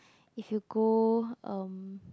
if you go erm